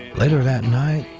later that night,